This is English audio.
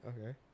Okay